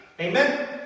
Amen